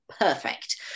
perfect